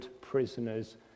prisoners